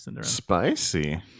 spicy